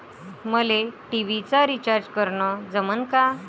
मले टी.व्ही चा रिचार्ज करन जमन का?